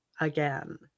again